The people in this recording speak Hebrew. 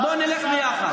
בוא נלך ביחד.